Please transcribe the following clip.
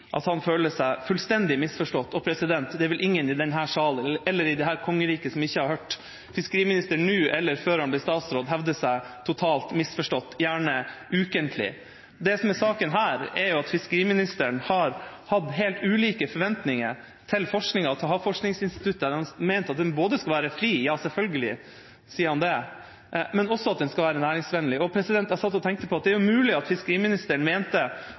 at han føler seg fullstendig misforstått. Det er vel ingen i denne sal eller i dette kongeriket som ikke har hørt fiskeriministeren – nå eller før han ble statsråd – hevde seg totalt misforstått, gjerne ukentlig. Det som er saken her, er at fiskeriministeren har hatt helt ulike forventninger til forskninga til Havforskningsinstituttet, når han mente at den både skal være fri – ja, selvfølgelig sier han det – og at den skal være næringsvennlig. Jeg satt og tenkte på at det er jo mulig at fiskeriministeren